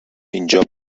اینجا